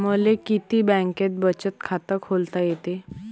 मले किती बँकेत बचत खात खोलता येते?